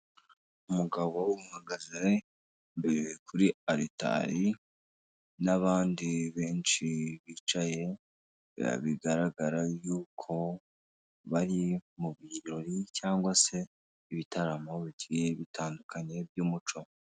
Umugabo uhagaze imbere kuri alitali n'abandi benshi bicaye bigaragara y'uko bari mu birori cyangwa se ibitaramo bigiye bitandukanye by'umuco.